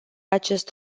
acest